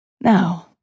Now